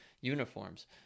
uniforms